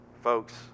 folks